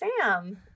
Sam